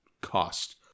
cost